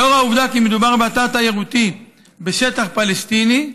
לאור העובדה שמדובר באתר תיירותי בשטח פלסטיני,